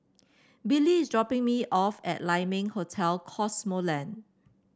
Billie is dropping me off at Lai Ming Hotel Cosmoland